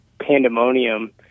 pandemonium